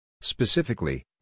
Specifically